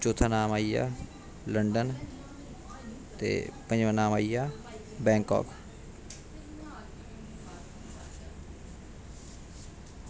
चौथा नाम आई गेआ लंडन ते पंजमां नाम आई गेआ बैंकाक